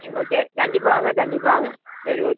சரி ஓகே கண்டிப்பாக வாங்க கண்டிப்பாக வாங்க சரி ஓகே